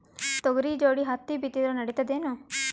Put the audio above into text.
ತೊಗರಿ ಜೋಡಿ ಹತ್ತಿ ಬಿತ್ತಿದ್ರ ನಡಿತದೇನು?